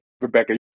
Rebecca